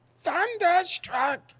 Thunderstruck